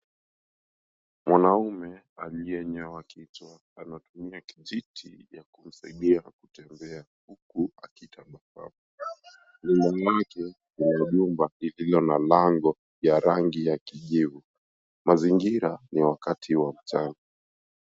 Mwanaume aliyenyoa kichwa anatumia kijiti ya kumsaidia kutembea huku akitabasamu. Nyuma yake kuna jumba lililo na lango ya rangi ya kijivu. Mazingira ni wakati wa mchana.